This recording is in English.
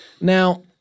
Now